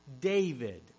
David